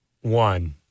one